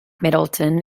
middleton